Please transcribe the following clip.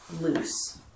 loose